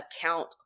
account